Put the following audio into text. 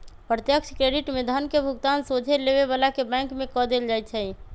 प्रत्यक्ष क्रेडिट में धन के भुगतान सोझे लेबे बला के बैंक में कऽ देल जाइ छइ